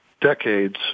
decades